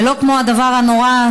ולא כמו הדבר הנורא,